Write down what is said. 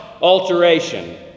alteration